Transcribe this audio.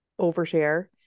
overshare